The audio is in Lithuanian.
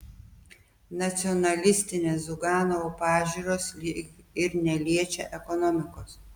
nacionalistinės ziuganovo pažiūros lyg ir neliečia ekonomikos